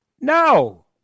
no